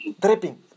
Dripping